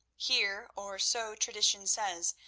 here, or so tradition says,